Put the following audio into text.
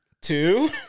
two